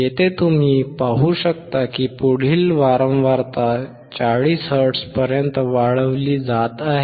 येथे तुम्ही पाहू शकता की पुढील वारंवारता 40 हर्ट्झ पर्यंत वाढवली जात आहे